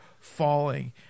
falling